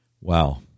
Wow